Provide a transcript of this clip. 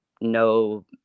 no